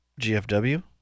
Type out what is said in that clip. GFW